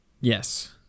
Yes